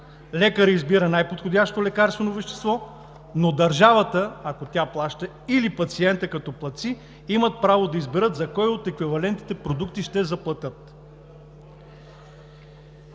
Лекарят избира най-подходящото лекарствено вещество, но държавата, ако тя плаща, или пациентът като платци имат право да изберат за кой от еквивалентните продукти ще заплатят.